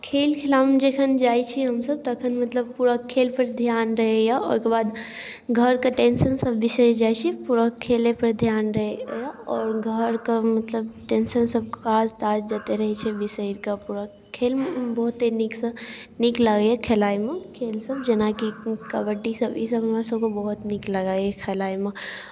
खेल खेलाइ लेल जखन जाइ छी हमसभ तखन मतलब पूरा खेलपर ध्यान रहैए ओहिके बाद घरके टेंशनसभ बिसरि जाइ छी पूरा खेलएपर ध्यान रहैए आओर घरके मतलब टेंशन सभकाज ताज जतेक रहै छै बिसरि कऽ पूरा खेल मे बहुते नीकसँ नीक लागैए खेलाइमे खेलसभ जेनाकि कबड्डीसभ ईसभ हमरासभके बहुत नीक लगैए खेलाइमे